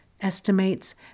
estimates